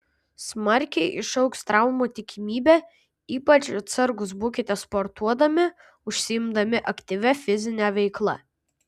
smarkiai išaugs traumų tikimybė ypač atsargūs būkite sportuodami užsiimdami aktyvia fizine veikla